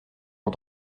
mon